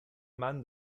mann